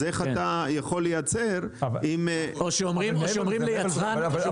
אז אתה יכול לייצר אם --- או שאומרים לי --- אבל